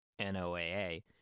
NOAA